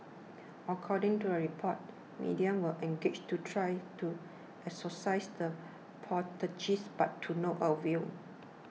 according to the report mediums were engaged to try to exorcise the poltergeists but to no avail